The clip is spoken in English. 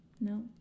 No